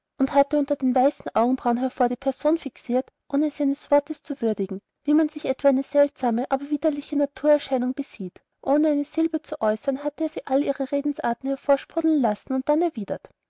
und hatte unter den weißen augenbrauen hervor die person fixiert ohne sie eines wortes zu würdigen wie man sich etwa eine seltsame aber widerliche naturerscheinung besieht ohne eine silbe zu äußern hatte er sie all ihre redensarten hervorsprudeln lassen und dann erwidert